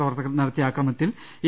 പ്രവർത്തകർ നടത്തിയ ആക്രമണത്തിൽ എ